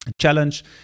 Challenge